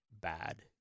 bad